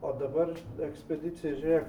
o dabar ekspedicija žiūrėk